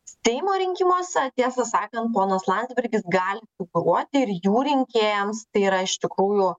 seimo rinkimuose tiesą sakant ponas landsbergis gali kovoti ir jų rinkėjams tai yra iš tikrųjų